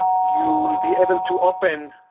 you'll be able to open